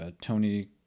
tony